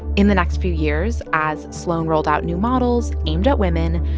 in the next few years, as sloan rolled out new models aimed at women,